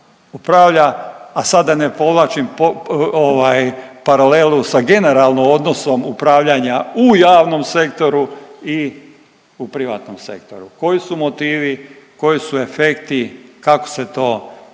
a sad da ne povlačim ovaj paralelu sa generalno odnosom upravljanja u javnom sektoru i u privatnom sektoru, koji su motivi, koji su efekti, kako se to u